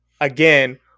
again